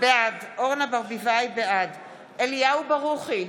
בעד אליהו ברוכי,